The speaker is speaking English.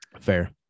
Fair